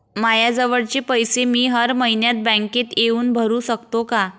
मायाजवळचे पैसे मी हर मइन्यात बँकेत येऊन भरू सकतो का?